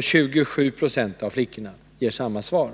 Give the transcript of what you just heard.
27 96 av flickorna gav samma svar.